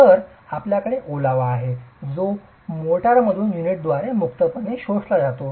तर आपल्याकडे ओलावा आहे जो मोर्टारमधून युनिटद्वारे मुक्तपणे शोषला जातो